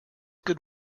good